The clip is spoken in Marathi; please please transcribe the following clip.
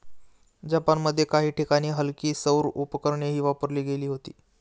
जपानमध्ये काही ठिकाणी हलकी सौर उपकरणेही वापरली गेली होती